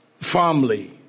family